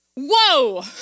Whoa